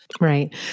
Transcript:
Right